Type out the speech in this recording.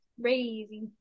crazy